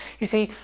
you see,